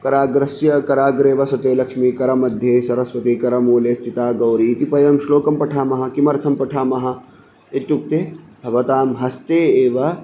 कराग्रस्य कराग्रे वसते लक्ष्मी करमध्ये सरस्वती करमूले स्थिता गौरीति वयं श्लोकं पठामः किमर्थं पठामः इत्युक्ते भवतां हस्ते एव